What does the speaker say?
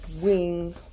wing